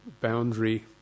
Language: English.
boundary